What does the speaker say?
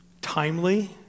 timely